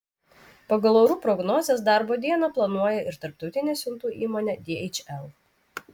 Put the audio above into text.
pagal orų prognozes darbo dieną planuoja ir tarptautinė siuntų įmonė dhl